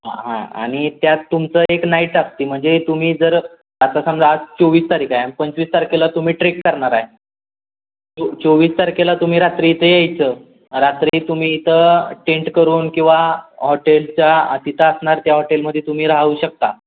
हां हां आणि त्यात तुमचं एक नाईट असते म्हणजे तुम्ही जर आता समजा आज चोवीस तारीख आहे पंचवीस तारखेला तुम्ही ट्रेक करणार आहे चो चोवीस तारखेला तुम्ही रात्री इथं यायचं रात्री तुम्ही इथं टेंट करून किंवा हॉटेलच्या तिथं असणार त्या हॉटेलमध्ये तुम्ही राहू शकता